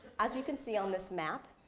as you can see on this map,